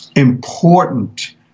Important